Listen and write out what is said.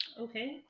Okay